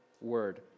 word